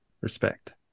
Respect